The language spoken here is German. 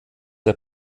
der